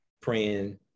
praying